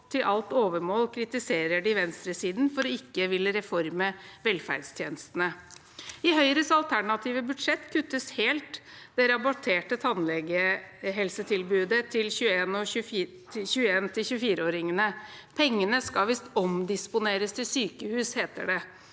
til alt overmål kritiserer venstresiden for ikke å ville reformere velferdstjenestene. I Høyres alternative budsjett kuttes det rabatterte tannhelsetilbudet til 21–24-åringene helt. Pengene skal visst omdisponeres til sykehus, heter det.